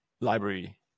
library